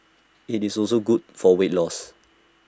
IT is also good for weight loss